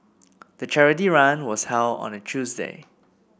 the charity run was held on a Tuesday